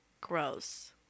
gross